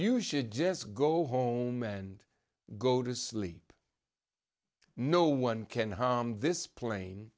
you should just go home and go to sleep no one can harm this plane